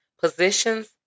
positions